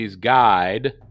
Guide